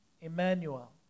Emmanuel